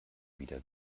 wieder